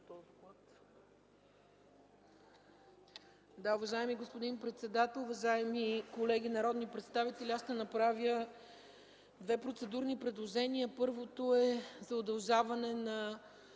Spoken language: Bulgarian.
Уважаеми господин председател, уважаеми колеги народни представители! Аз ще направя две процедурни предложения. Първото е за удължаване на